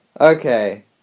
okay